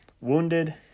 wounded